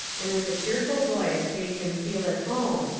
and with a cheerful voice bade him feel at home,